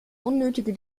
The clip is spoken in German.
unnötige